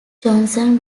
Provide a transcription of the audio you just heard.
johnson